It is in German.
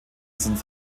sind